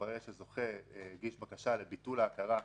כשהתברר שהזוכה הגיש בקשה לביטול ההכרה,